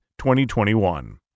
2021